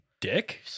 Dick